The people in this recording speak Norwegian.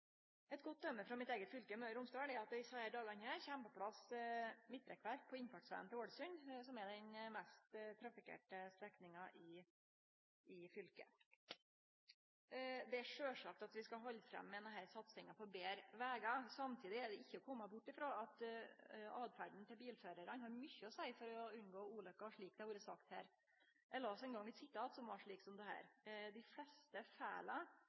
eit godt tiltak. Eit godt døme frå mitt eige fylke, Møre og Romsdal, er at det i desse dagar kjem på plass midtrekkverk på innfartsvegen til Ålesund, som er den mest trafikkerte strekninga i fylket. Det er sjølvsagt at vi skal halde fram med denne satsinga på betre vegar. Samstundes er det ikkje til å kome bort frå at åtferda til bilførarane har mykje å seie for å unngå ulukker, slik det har vore sagt her. Eg las ein gong eit sitat som var slik: